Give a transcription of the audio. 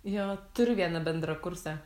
jo turiu vieną bendrkursę